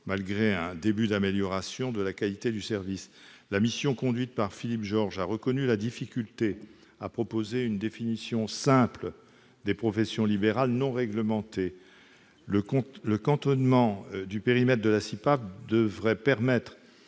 malgré le début d'amélioration constaté pour la qualité du service. La mission conduite par Philippe Georges a reconnu la difficulté à proposer une définition simple des professions libérales non réglementées. Le cantonnement du périmètre de la CIPAV devrait permettre